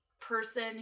person